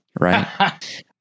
right